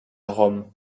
rome